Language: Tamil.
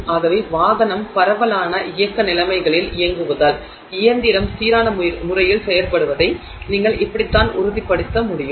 ஆகவே வாகனம் பரவலான இயக்க நிலைமைகளில் இயங்குவதால் இயந்திரம் சீரான முறையில் செயல்படுவதை நீங்கள் இப்படி தான் உறுதிப்படுத்த முடியும்